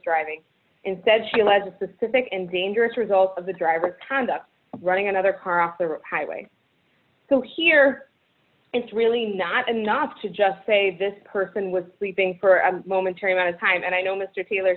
driving instead she alleges the civic and dangerous result of the driver conduct running another car off the highway so here it's really not enough to just say this person was sleeping for a momentary amount of time and i know mr taylor